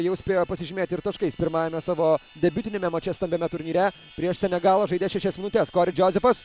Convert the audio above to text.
jau spėjo pasižymėti ir taškais pirmajame savo debiutiniame mače stambiame turnyre prieš senegalą žaidė šešias minutes kori džozefas